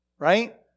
right